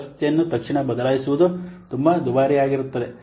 ವ್ಯವಸ್ಥೆಯನ್ನು ತಕ್ಷಣ ಬದಲಾಯಿಸುವುದು ತುಂಬಾ ದುಬಾರಿಯಾಗಿರುತ್ತದೆ